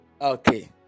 Okay